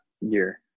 year